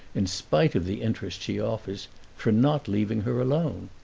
in spite of the interest she offers for not leaving her alone.